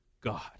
God